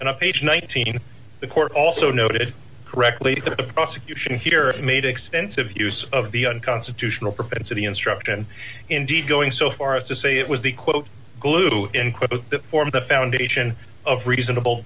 and i page nineteen the court also noted correctly that the prosecution here made extensive use of the unconstitutional propensity instruct and indeed going so far as to say it was the quote glue in quickly that formed the foundation of reasonable